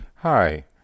Hi